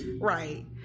Right